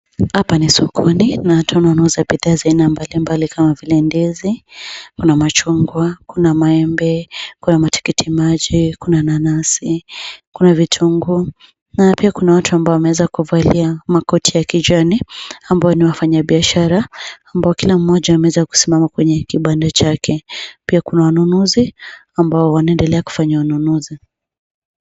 Hapa ni sokoni na tunauza bidhaa za aina mbalimbali kama vile ndizi, kuna machungwa, kuna maembe, kuna matikiti maji, kuna nanasi, kuna vitunguu. Na pia kuna watu ambao wameweza kuvalia makoti ya kijani ambao ni wafanyabiashara ambao kila mmoja ameweza kusimama kwenye kibanda chake. Pia kuna wanunuzi ambao wanaendelea kufanya ununuzi.